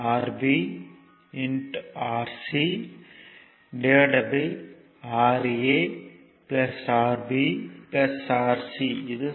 ஆகவே R1 Rb RcRa Rb Rc 2